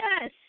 yes